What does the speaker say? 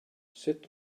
sut